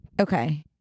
Okay